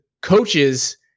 coaches